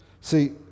See